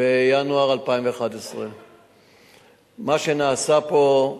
בינואר 2011. מה שנעשה פה,